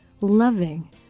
loving